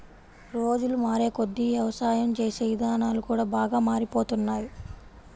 రోజులు మారేకొద్దీ యవసాయం చేసే ఇదానాలు కూడా బాగా మారిపోతున్నాయ్